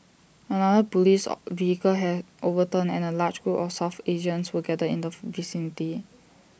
another Police vehicle had overturned and A large group of south Asians were gathered in the vicinity